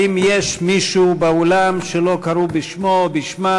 האם יש מישהו באולם שלא קראו בשמו או בשמה